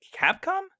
Capcom